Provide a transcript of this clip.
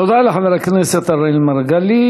תודה לחבר הכנסת אראל מרגלית.